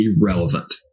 irrelevant